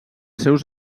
seus